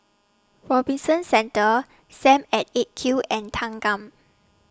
Robinson Centre SAM At eight Q and Thanggam